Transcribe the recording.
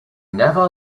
never